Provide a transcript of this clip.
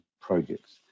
projects